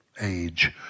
age